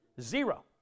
Zero